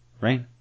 right